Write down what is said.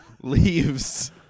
leaves